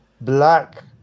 black